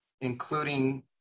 including